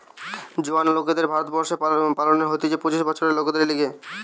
জোয়ান লোকদের ভারত বর্ষে পনের হইতে পঁচিশ বছরের লোকদের লিগে